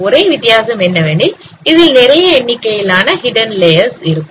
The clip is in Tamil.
ஒரே வித்தியாசம் என்னவெனில் இதில் நிறைய எண்ணிக்கையிலான ஹிடன் லேயர்ஸ் இருக்கும்